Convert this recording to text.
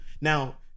Now